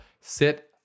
sit